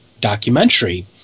documentary